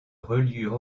reliure